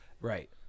Right